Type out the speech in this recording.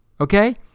okay